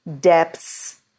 Depths